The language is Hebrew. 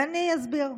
ואני אסביר.